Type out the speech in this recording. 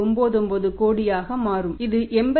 99 கோடியாக மாறும் இது 88